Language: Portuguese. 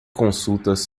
consultas